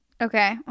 okay